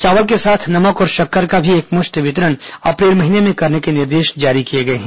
चावल के साथ नमक और शक्कर का भी एकमुश्त वितरण अप्रैल महीने में करने के निर्देश जारी किए गए हैं